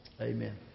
Amen